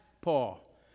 Paul